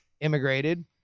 immigrated